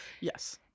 Yes